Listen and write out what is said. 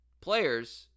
players